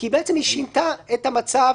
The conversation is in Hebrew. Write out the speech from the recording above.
סעיף זה בתקופת כהונתה של אותה הכנסת.